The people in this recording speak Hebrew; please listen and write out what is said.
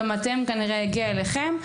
כנראה גם הגיע אליכם,